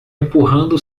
empurrando